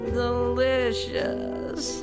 delicious